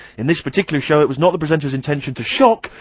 in this particular show, it was not the presenters' intention to shock,